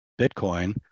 Bitcoin